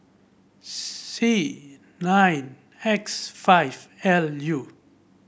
C nine X five L U